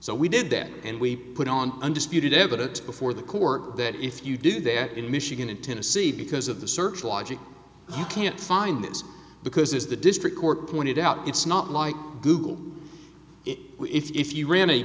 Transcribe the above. so we did that and we put on undisputed evidence before the court that if you do that in michigan in tennessee because of the search logic you can't find this because the district court pointed out it's not like google it if you ran a